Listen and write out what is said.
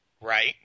Right